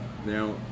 Now